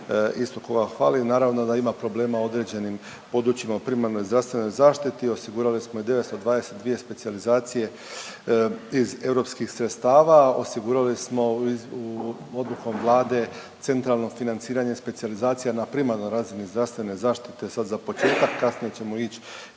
isto koga fali. Naravno da ima problema u određenim područjima u primarnoj zdravstvenoj zaštiti, osigurali smo i 922 specijalizacije iz europskih sredstava, osigurali smo odlukom Vlade centralno financiranje specijalizacija na primarnoj razini zdravstvene zaštite, sad za početak kasnije ćemo ić